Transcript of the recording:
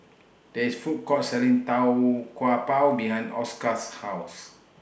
There IS Food Court Selling Tau Kwa Pau behind Oscar's House